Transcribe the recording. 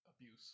abuse